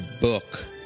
book